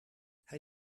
hij